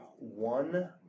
one